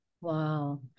wow